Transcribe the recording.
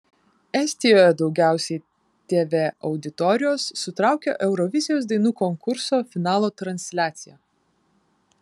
estijoje daugiausiai tv auditorijos sutraukė eurovizijos dainų konkurso finalo transliacija